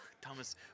Thomas